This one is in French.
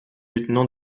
lieutenant